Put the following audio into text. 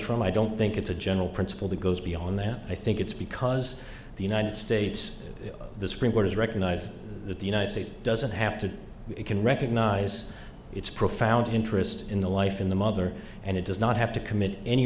from i don't think it's a general principle that goes beyond that i think it's because the united states the supreme court has recognized that the united states doesn't have to it can recognize its profound interest in the life in the mother and it does not have to commit any